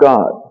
God